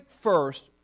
first